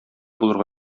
булырга